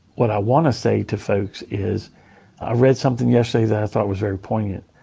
what i wanna say to folks is i read something yesterday that i thought was very poignant.